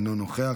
אינו נוכח,